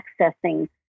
accessing